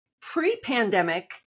pre-pandemic